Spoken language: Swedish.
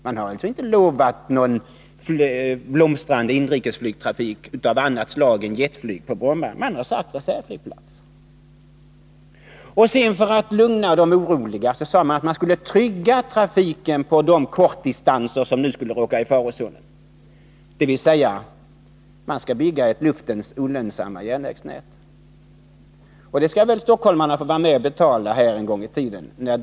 Man har alltså inte lovat någon blomstrande inrikesflygtrafik av annat slag än jetflyg på Bromma. Man har sagt reservflygplats. För att lugna de oroliga sade man sedan att man skulle trygga trafiken på de kortdistanser som nu skulle råka i farozonen, dvs. man skall bygga ett luftens olönsamma järnvägsnät. Det skall väl stockholmarna få vara med och betala när den räkningen kommer?